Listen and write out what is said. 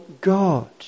God